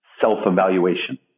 self-evaluation